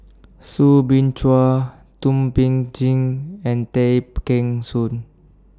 Soo Bin Chua Thum Ping Tjin and Tay Kheng Soon